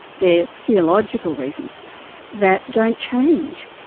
they're theological reasons that don't change.